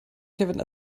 kevin